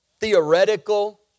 theoretical